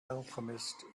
alchemist